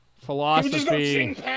philosophy